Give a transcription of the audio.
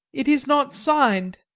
it is not signed.